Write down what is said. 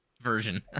version